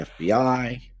FBI